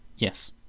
Yes